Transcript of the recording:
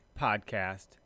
podcast